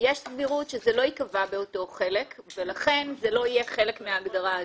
יש סבירות שזה לא ייקבע באותו חלק ולכן זה לא יהיה חלק מן ההגדרה הזאת.